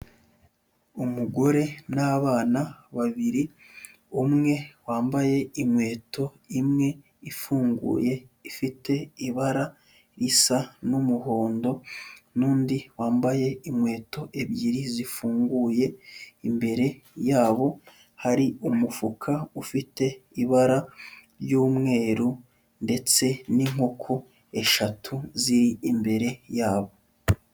Umugore n'abana babiri, umwe wambaye inkweto imwe ifunguye, ifite ibara risa n'umuhondo, n'undi wambaye inkweto ebyiri zifunguye, imbere yabo hari umufuka ufite ibara ry'umweru, ndetse n'inkoko eshatu ziri imbere yabo.